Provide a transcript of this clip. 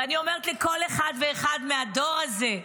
ואני אומרת לכל אחד ואחד מהדור הזה,